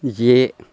जे